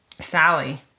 Sally